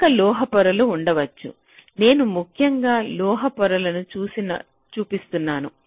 అనేక లోహ పొరలు ఉండవచ్చు నేను ముఖ్యంగా లోహ పొరలను చూపిస్తున్నాను